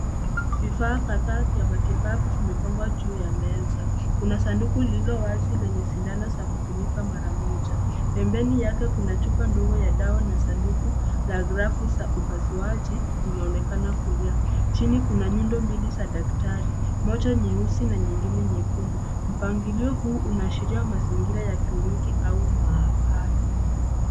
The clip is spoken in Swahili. Vifaa kadhaa vya matibabu zimepangwa juu ya meza. Kuna sanduku lililowazi lenye sidano za kutumika mara moja, pembeni yake kuna chupa ndogo ya dawa na saduku la glavu za upasuaji linaonekana kulia. Jini kuna nyundo mbili za daktari, moja nyeusi na nyingine nyekundu. Mpangilio huu unaashiria mazingira ya kliniki au maabara.